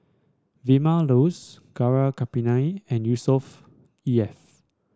Vilma Laus Gaurav Kripalani and Yusnor Ef